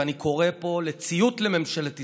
ואני קורא פה לציות לממשלת ישראל,